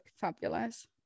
fabulous